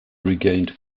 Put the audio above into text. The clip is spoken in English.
regained